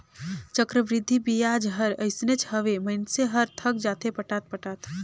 चक्रबृद्धि बियाज हर अइसनेच हवे, मइनसे हर थक जाथे पटात पटात